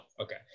okay